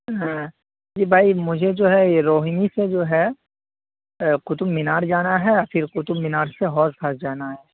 جی بھائی مجھے جو ہے یہ روہنی سے جو ہے قطب مینار جانا ہے پھر قطب مینار سے حوض خاص جانا ہے